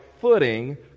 footing